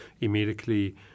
immediately